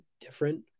different